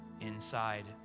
inside